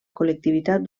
col·lectivitat